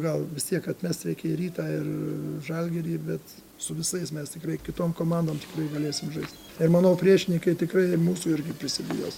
gal vis tiek atmest reikia ir rytą ir žalgirį bet su visais mes tikrai kitom komandom tikrai galėsim žaist ir manau priešininkai tikrai mūsų irgi prisibijos